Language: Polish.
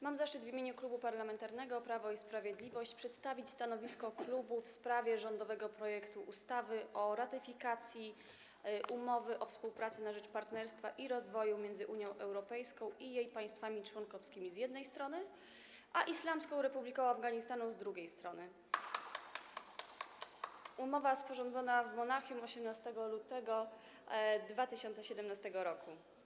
Mam zaszczyt w imieniu Klubu Parlamentarnego Prawo i Sprawiedliwość przedstawić stanowisko klubu w sprawie rządowego projektu ustawy o ratyfikacji Umowy o współpracy na rzecz partnerstwa i rozwoju między Unią Europejską i jej państwami członkowskimi, z jednej strony, a Islamską Republiką Afganistanu, z drugiej strony, sporządzonej w Monachium dnia 18 lutego 2017 r.